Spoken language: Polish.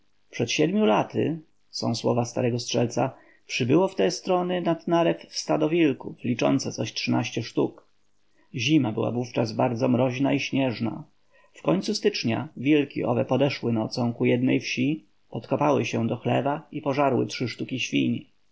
przed siedmiu laty są słowa starego myśliwca przybyło w te strony nad narew stado wilków liczące coś trzynaście sztuk zima była wówczas bardzo mroźna i śnieżna w końcu stycznia wilki owe podeszły nocą ku jednej wsi podkopały się do chlewa i pożarły trzy sztuki świń